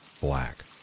black